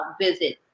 visit